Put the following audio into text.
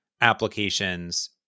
applications